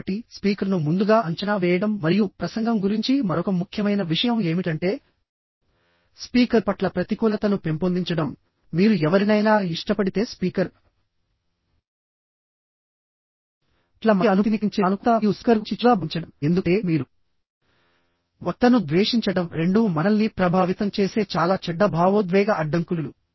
కాబట్టి స్పీకర్ను ముందుగా అంచనా వేయడం మరియు ప్రసంగం గురించి మరొక ముఖ్యమైన విషయం ఏమిటంటే స్పీకర్ పట్ల ప్రతికూలతను పెంపొందించడం మీరు ఎవరినైనా ఇష్టపడితే స్పీకర్ పట్ల మంచి అనుభూతిని కలిగించే సానుకూలత మరియు స్పీకర్ గురించి చెడుగా భావించడంఎందుకంటే మీరు వక్తను ద్వేషించడం రెండూ మనల్ని ప్రభావితం చేసే చాలా చెడ్డ భావోద్వేగ అడ్డంకులు